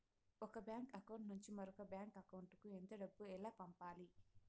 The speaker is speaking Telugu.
ఒక బ్యాంకు అకౌంట్ నుంచి మరొక బ్యాంకు అకౌంట్ కు ఎంత డబ్బు ఎలా పంపాలి